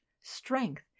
strength